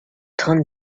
trente